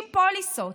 60 פוליסות